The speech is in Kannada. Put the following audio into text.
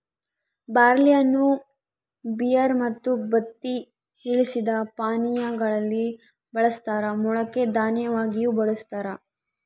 ಬಾರ್ಲಿಯನ್ನು ಬಿಯರ್ ಮತ್ತು ಬತ್ತಿ ಇಳಿಸಿದ ಪಾನೀಯಾ ಗಳಲ್ಲಿ ಬಳಸ್ತಾರ ಮೊಳಕೆ ದನ್ಯವಾಗಿಯೂ ಬಳಸ್ತಾರ